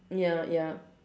ya ya